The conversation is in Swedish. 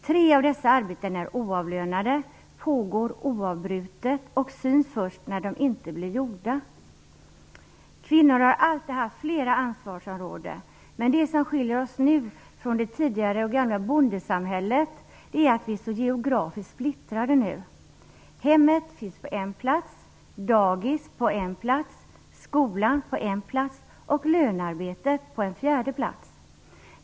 Tre av dessa arbeten är oavlönade, pågår oavbrutet och syns först när de inte blir gjorda. Kvinnor har alltid haft flera ansvarsområden, men det som skiljer oss nu från det tidigare bondesamhället är att vi är geografiskt så splittrade. Hemmet finns på en plats, dagis på en plats, skolan på en plats och lönearbete på ytterligare en plats.